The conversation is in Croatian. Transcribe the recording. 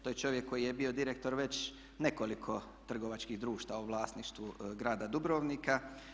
To je čovjek koji je bio direktor već nekoliko trgovačkih društava u vlasništvu grada Dubrovnika.